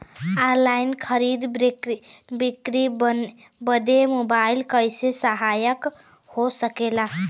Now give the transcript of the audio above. Online खरीद बिक्री बदे मोबाइल कइसे सहायक हो सकेला?